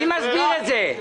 מי מסביר את זה?